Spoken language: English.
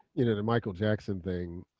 you know the michael jackson thing.